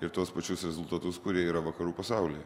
ir tuos pačius rezultatus kurie yra vakarų pasaulyje